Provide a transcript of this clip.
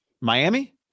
Miami